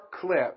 clip